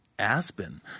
Aspen